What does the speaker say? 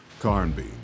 Carnby